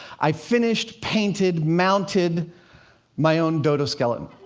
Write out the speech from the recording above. i finished, painted, mounted my own dodo skeleton.